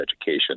education